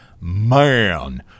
man